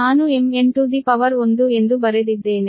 ನಾನು mn to the power 1 ಎಂದು ಬರೆದಿದ್ದೇನೆ